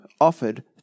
offered